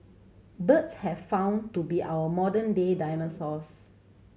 birds have found to be our modern day dinosaurs